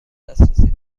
دسترسی